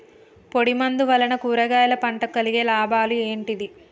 పొడిమందు వలన కూరగాయల పంటకు కలిగే లాభాలు ఏంటిది?